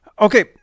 Okay